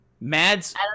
Mads